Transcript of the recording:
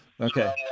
Okay